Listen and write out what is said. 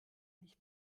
nicht